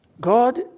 God